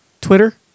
Twitter